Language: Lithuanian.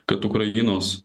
kad ukrainos